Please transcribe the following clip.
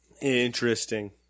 Interesting